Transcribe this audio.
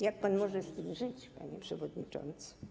Jak pan może z tym żyć, panie przewodniczący?